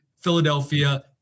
Philadelphia